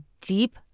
deep